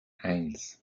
eins